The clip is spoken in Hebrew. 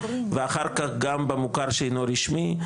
ואחר כך גם במוכר שאינו רשמי,